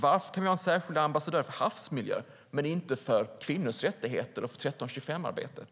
Varför kan vi ha en särskild ambassadör för havsmiljö men inte för kvinnors rättigheter och 1325-arbetet?